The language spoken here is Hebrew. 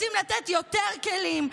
רוצים לתת יותר כלים,